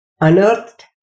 unearthed